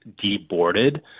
deboarded